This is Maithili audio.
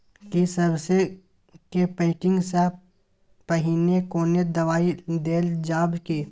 की सबसे के पैकिंग स पहिने कोनो दबाई देल जाव की?